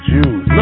Jews